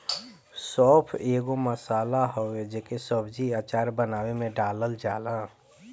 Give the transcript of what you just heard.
सौंफ एगो मसाला हवे जेके सब्जी, अचार बानवे में डालल जाला